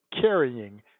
carrying